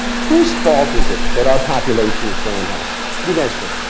whose fault is it that our population is so unhealthy? you guys think?